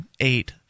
Eight